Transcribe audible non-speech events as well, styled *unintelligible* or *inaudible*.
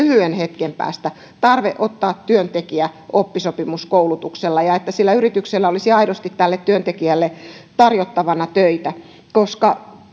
lyhyen hetken päästä tarve ottaa työntekijä oppisopimuskoulutuksella ja että sillä yrityksellä olisi aidosti tälle työntekijälle tarjottavana töitä koska *unintelligible*